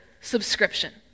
subscription